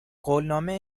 قولنامه